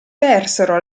persero